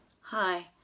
Hi